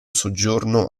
soggiorno